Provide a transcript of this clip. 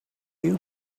you